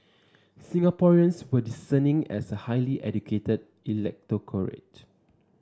Singaporeans were discerning as a highly educated electorate